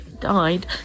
died